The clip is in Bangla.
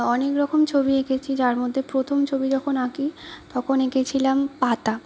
অনেক রকম ছবি এঁকেছি যার মধ্যে প্রথম ছবি যখন আঁকি তখন এঁকেছিলাম পাতা